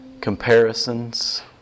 comparisons